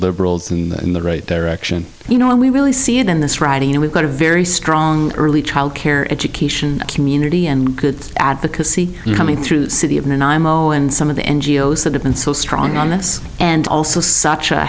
liberals and in the right direction you know we really see it in this riding and we've got a very strong early childcare education community and good advocacy coming through the city of new and imo and some of the ngos that have been so strong on this and all such a